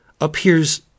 appears